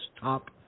Top